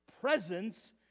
presence